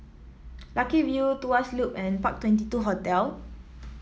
Lucky View Tuas Loop and Park Twenty two Hotel